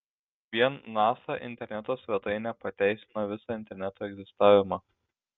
vien nasa interneto svetainė pateisina visą interneto egzistavimą